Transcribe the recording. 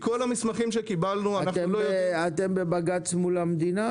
מכל המסמכים שקיבלנו אנחנו לא יודעים --- אתם בבג"ץ מול המדינה?